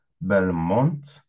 Belmont